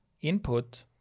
input